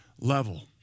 level